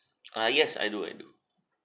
ah yes I do I do